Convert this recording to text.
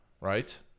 Right